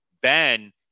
Ben